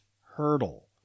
hurdle